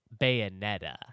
Bayonetta